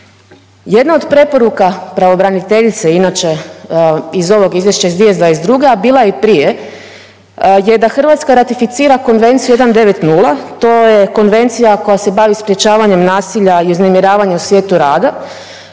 Jedna od preporuka pravobraniteljice inače iz ovog izvješća 2022. bila je i prije, je da Hrvatska ratificira Konvenciju 190. To je konvencija koja se bavi sprječavanjem nasilja i uznemiravanje u svijetu rada.